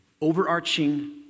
overarching